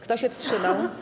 Kto się wstrzymał?